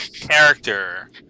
character